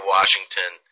Washington